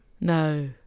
No